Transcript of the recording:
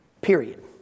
Period